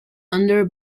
under